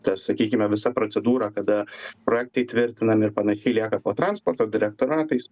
ta sakykime visa procedūra kada projektai tvirtinami ir panašiai lieka po transporto direktoratais